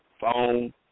phone